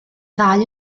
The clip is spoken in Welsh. ddau